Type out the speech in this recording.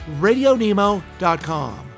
RadioNemo.com